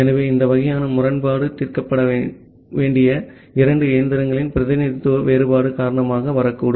ஆகவே இந்த வகையான முரண்பாடு தீர்க்கப்படக்கூடிய இரண்டு இயந்திரங்களின் பிரதிநிதித்துவ வேறுபாடு காரணமாக வரக்கூடும்